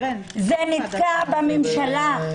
זה נתקע בממשלה.